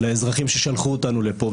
לאזרחים ששלחו אותנו לפה,